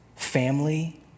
family